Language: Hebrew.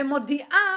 ומודיעה,